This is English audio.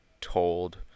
told